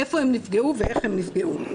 איפה הם נפגעו ואיך הם נפגעו.